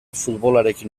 futbolarekin